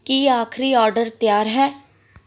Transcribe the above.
ਕੀ ਆਖਰੀ ਆਰਡਰ ਤਿਆਰ ਹੈ